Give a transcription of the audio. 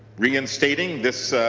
reinstating this